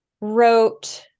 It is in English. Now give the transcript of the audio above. wrote